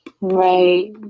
Right